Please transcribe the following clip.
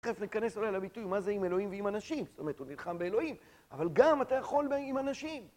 נכנס אולי לביטוי מה זה עם אלוהים ועם אנשים זאת אומרת הוא נלחם באלוהים אבל גם אתה יכול עם אנשים